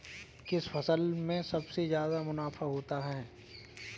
किस फसल में सबसे जादा मुनाफा होता है?